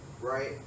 right